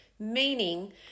meaning